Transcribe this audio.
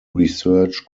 research